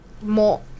more